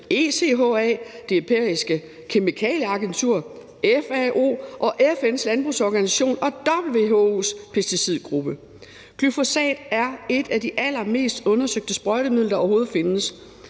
ECHA, Det Europæiske Kemikalieagentur, FAO og FN's Fødevare- og Landbrugsorganisation og WHO's pesticidgruppe. Glyfosat er et af de allermest undersøgte sprøjtemidler, der overhovedet findes.